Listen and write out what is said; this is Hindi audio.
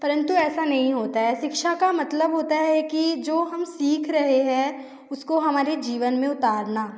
परन्तु ऐसा नहीं होता है शिक्षा का मतलब होता है कि जो हम सीख रहे हैं उसको हमारे जीवन में उतारना